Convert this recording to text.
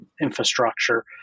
infrastructure